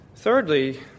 Thirdly